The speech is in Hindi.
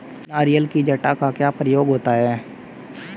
नारियल की जटा का क्या प्रयोग होता है?